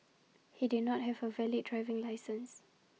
he did not have A valid driving licence